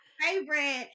favorite